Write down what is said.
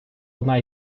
одна